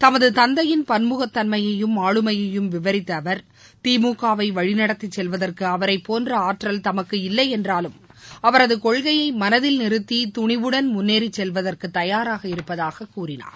தமது தந்தையின் பன்முகத்தன்மையையும் ஆளுமையையும் விவரித்த அவர் திமுக வை வழிநடத்தி செல்வதற்கு அவரைப்போன்ற ஆற்றல் தமக்கு இல்லையென்றாலும் அவரது கொள்கையை மனதில் நிறுத்தி துனிவுடன் முன்னேறி செல்வதற்கு தயாராக இருப்பதாக கூறினார்